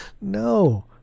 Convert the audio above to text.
no